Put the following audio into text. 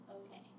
okay